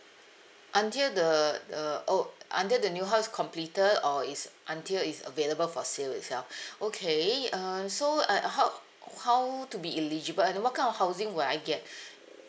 until the the oh until the new house is completed or is until it's available for sale itself okay uh so uh how how to be eligible and uh what kind of housing will I get